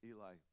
Eli